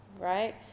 right